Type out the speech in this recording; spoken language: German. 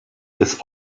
des